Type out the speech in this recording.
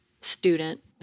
student